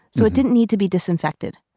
so it didn't need to be disinfected.